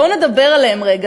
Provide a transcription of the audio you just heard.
בואו נדבר עליהן רגע.